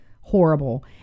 horrible